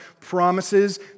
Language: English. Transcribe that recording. promises